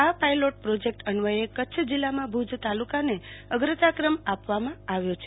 આ pilot project અન્વયે કચ્છ જિલ્લામાં ભુજ તાલુકાને અગ્રતક્રમ આપવામાં આવ્યો છે